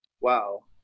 wow